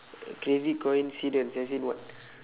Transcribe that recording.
crazy coincidence as in what